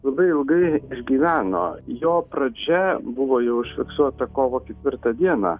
labai ilgai išgyveno jo pradžia buvo jau užfiksuota kovo ketvirtą dieną